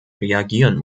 reagieren